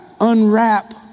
unwrap